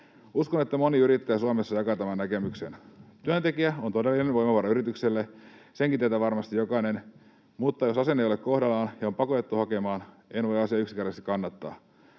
Uskon, että moni yrittäjä Suomessa jakaa tämän näkemyksen. Työntekijä on todellinen voimavara yritykselle — senkin tietää varmasti jokainen — mutta ei silloin, jos asenne ei ole kohdallaan ja on pakotettu hakemaan. En voi asiaa yksinkertaisesti kannattaa.